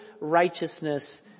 righteousness